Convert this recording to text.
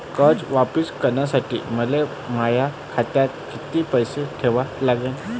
कर्ज वापिस करासाठी मले माया खात्यात कितीक पैसे ठेवा लागन?